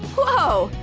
whoa,